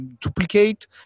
duplicate